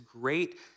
great